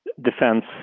defense